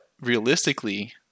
realistically